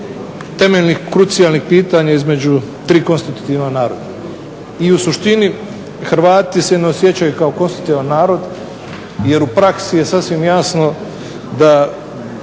temeljnih, krucijalnih pitanja između tri konstitutivna naroda. I u suštini Hrvati se ne osjećaju kao konstitutivan narod jer u praksi je sasvim jasno da